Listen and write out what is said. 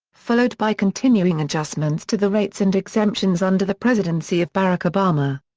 followed by continuing adjustments to the rates and exemptions under the presidency of barack obama.